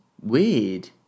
weird